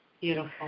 Beautiful